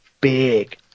big